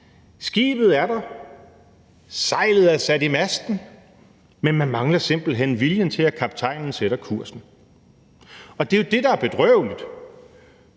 Skibet er der, sejlet er sat i masten, men man mangler simpelt hen viljen til, at kaptajnen sætter kursen, og det er jo det, der er bedrøveligt,